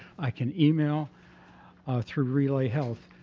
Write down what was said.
i can email through relay health.